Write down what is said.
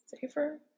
Safer